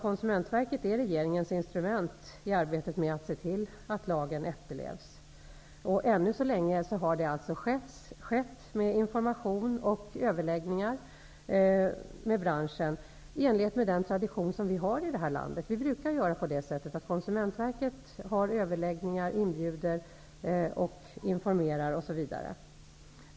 Konsumentverket är regeringens instrument i arbetet med att se till att lagen efterlevs. Ännu så länge har det skett genom information och överläggningar med branschen i enlighet med den tradition som vi har i det här landet. Vi brukar göra på det sättet att Konsumentverket har överläggningar, bjuder in människor och informerar, osv.